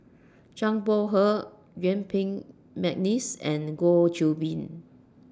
Zhang Bohe Yuen Peng Mcneice and Goh Qiu Bin